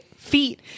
Feet